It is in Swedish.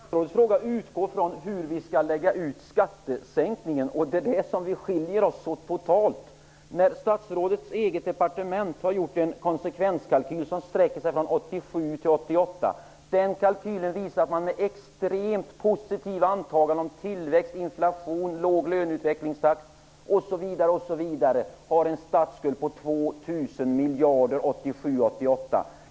Herr talman! Statsrådets fråga utgår ifrån hur vi skall lägga ut skattesänkningen. Det är där vi skiljer oss så totalt. Statsrådets eget departement har gjort en konsekvenskalkyl som sträcker sig från 1987-- 1988. Den visar att man med extremt positiva antaganden om tillväxt, inflation, låg löneutvecklingstakt osv. har en statskuld på 2 000 miljarder 1997/98.